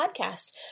podcast